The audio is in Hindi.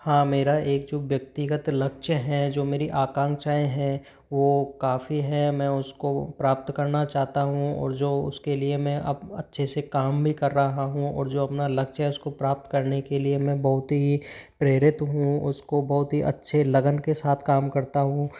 हाँ मेरा एक जो व्यक्तिगत लक्ष्य है जो मेरी आकांक्षाएँ हैं वो काफ़ी हैं मैं उस को प्राप्त करना चाहता हूँ और जो उस के लिए मैं अब अच्छे से काम भी कर रहा हूँ और जो अपना लक्ष्य है उस को प्राप्त करने के लिए मैं बहुत ही प्रेरित हूँ उस को बहुत ही अच्छे लगन के साथ काम करता हूँ